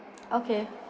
okay